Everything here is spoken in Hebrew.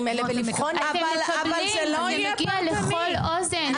האלה ולבחון --- זה הגיע לכל אוזן,